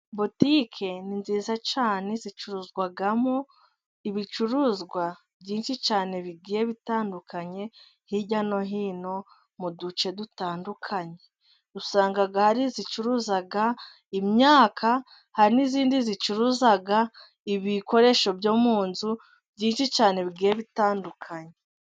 Butike ni nziza cyane zicuruzwamo ibicuruzwa byinshi cyane bigiye bitandukanye hirya no hino mu duce dutandukanye. Usanga gare zicuruza imyaka, hari n'izindi zicuruza ibikoresho byo mu nzu byinshi cyane bigiye bitandukanye.